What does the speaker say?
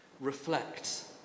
reflect